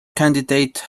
candidate